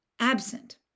absent